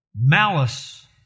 malice